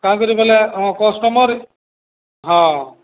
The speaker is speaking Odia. କାଁ କର ବୋଇଲେ କଷ୍ଟମର ହଁ